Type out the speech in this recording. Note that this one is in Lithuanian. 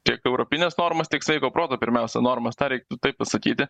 tiek europines normas tiek sveiko proto pirmiausia normas tą reiktų taip pasakyti